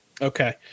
Okay